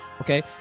okay